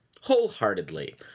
wholeheartedly